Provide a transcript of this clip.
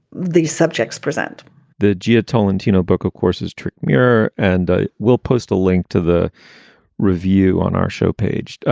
the subjects present the gia tolentino book of courses true mirror, and will post a link to the review on our show page.